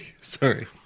Sorry